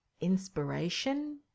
inspiration